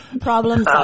Problems